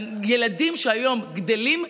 הילדים שהיום גדלים,